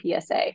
PSA